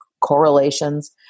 correlations